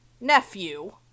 nephew